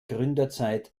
gründerzeit